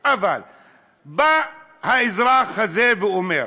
אבל בא האזרח הזה ואומר: